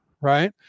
right